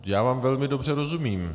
Já vám velmi dobře rozumím.